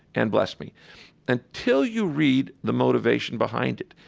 and bless me until you read the motivation behind it,